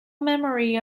memory